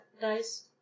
dice